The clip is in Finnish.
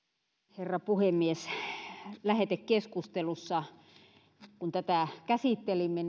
herra puhemies lähetekeskustelussa kun tätä käsittelimme